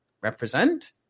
represent